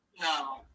No